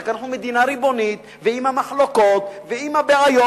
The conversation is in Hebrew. רק אנחנו מדינה ריבונית, ועם המחלוקות ועם הבעיות,